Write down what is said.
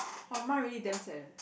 !wah! mine really damn sad eh